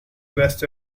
west